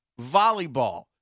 volleyball